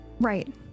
right